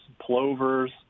plovers